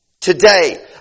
today